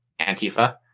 antifa